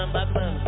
Batman